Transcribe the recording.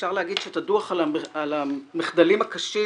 אפשר לומר שאת הדוח על המחדלים הקשים